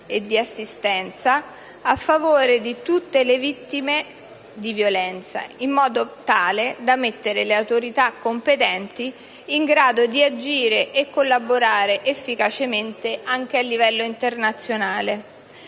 e di assistenza a favore di tutte le vittime di violenza, in modo tale da mettere le autorità competenti in grado di agire e di collaborare efficacemente anche a livello internazionale.